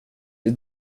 det